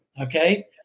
okay